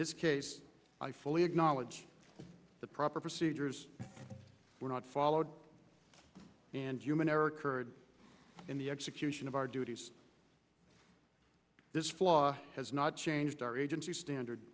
this case i fully acknowledge the proper procedures were not followed and human error occurred in the execution of our duties this flaw has not changed our agency standard